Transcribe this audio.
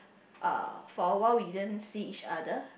uh for a while we didn't see each other